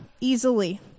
easily